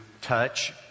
touch